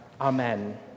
amen